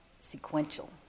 sequential